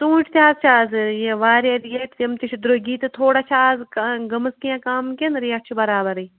ژوٗنٛٹھۍ تہِ حظ چھِ اَز یہِ واریاہ ریٹ تِم تہِ چھِ درٚۄگی تہٕ تھوڑا چھِ اَز گٲمٕژ کیٚنٛہہ کَم کِنہٕ ریٹ چھِ بَرابَرٕے